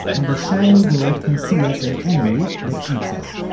and the shiny gold conceals an enemy that eats us.